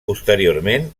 posteriorment